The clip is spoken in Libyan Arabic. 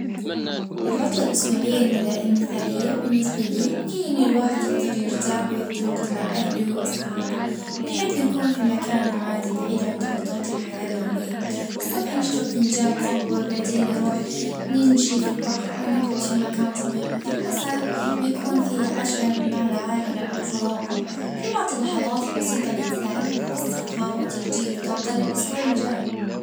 اه عطلة أسبوعية مثالية تبدأ بجهوة في الصبح وفطور خفيف، اه جاعدة مع الأصحاب والعيلة، وبعدها هكي طلعك للبحر أو الريف في الليل مشاهدة فيلم واه الإستماع للموسيقى مع طاسة شاي.